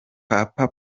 papa